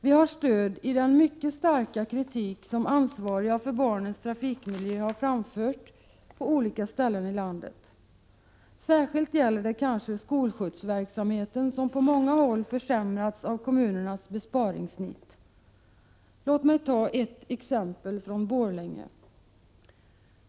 Vi har stöd i den mycket starka kritik som ansvariga för barnens trafikmiljö har framfört på olika ställen i landet. Särskilt gäller det kanske skolskjutsverksamheten, som på många håll har försämrats på grund av kommunernas besparingsnit. Låt mig ta ett exempel från Borlänge.